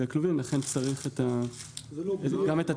כלובים לכן צריך גם את התיקון הזה.